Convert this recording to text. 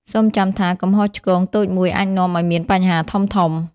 សូមចាំថា កំហុសឆ្គងតូចមួយអាចនាំឱ្យមានបញ្ហាធំៗ។